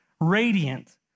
radiant